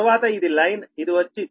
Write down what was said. తరువాత ఇది లైన్ఇది వచ్చి j0